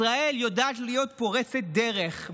ישראל יודעת להיות פורצת דרך.